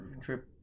trip